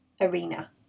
arena